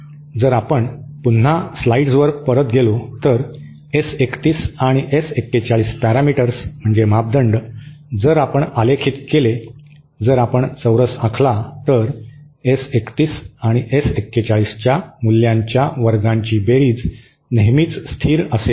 जर आपण पुन्हा स्लाइड्स वर परत गेलो तर एस 31 आणि एस 41 पॅरामीटर्स म्हणजे मापदंड जर आपण आलेखित केले जर आपण चौरस आखला तर एस 31 आणि एस 41 च्या मूल्यांच्या वर्गांची बेरीज नेहमीच स्थिर असेल